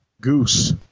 Goose